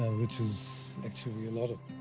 which is actually a lot of.